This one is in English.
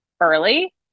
early